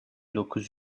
dokuz